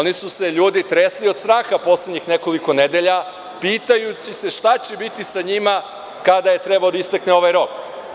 Ljudi su se tresli od straha poslednjih nekoliko nedelja, pitajući se šta će biti sa njima kada je trebao da istekne ovaj rok.